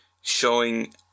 showing